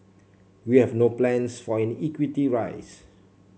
we have no plans for an equity rise